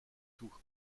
tout